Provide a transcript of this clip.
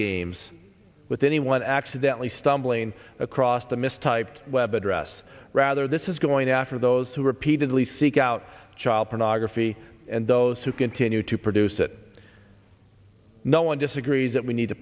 games with anyone accidentally stumbling across the mistyped web address rather this is going after those who repeatedly seek out child pornography and those who continue to produce it no one disagrees that we need to